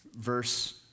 Verse